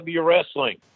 Wrestling